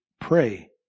pray